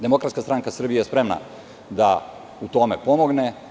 Demokratska stranka Srbije je spremna da u tome pomogne.